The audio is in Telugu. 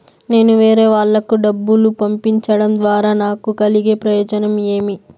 నేను వేరేవాళ్లకు డబ్బులు పంపించడం ద్వారా నాకు కలిగే ప్రయోజనం ఏమి?